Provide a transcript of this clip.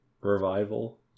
Revival